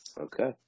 Okay